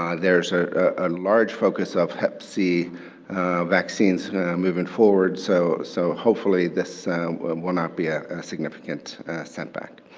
um there's ah a large focus of hep c vaccines moving forward, so so hopefully this will not be a significant setback.